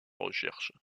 recherche